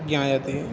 ज्ञायते